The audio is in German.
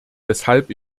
weshalb